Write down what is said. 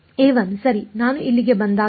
a1 ಸರಿ ನಾನು ಇಲ್ಲಿಗೆ ಬಂದಾಗ